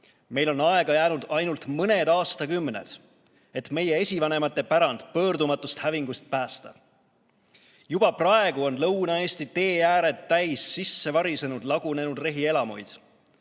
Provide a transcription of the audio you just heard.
Meil on aega jäänud ainult mõned aastakümned, et meie esivanemate pärand pöördumatust hävingust päästa. Juba praegu on Lõuna-Eesti teeääred täis sisse varisenud lagunenud rehielamuid.